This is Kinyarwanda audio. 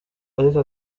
ariko